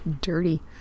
dirty